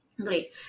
great